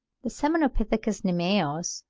the semnopithecus nemaeus,